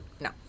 No